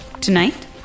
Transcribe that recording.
Tonight